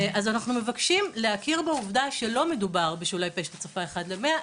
אז אנחנו מבקשים להכיר בעובדה שלא מדובר בשולי פשט הצפה של אחד למאה,